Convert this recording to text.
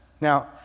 now